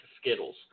Skittles